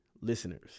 listeners